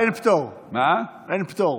אין פטור.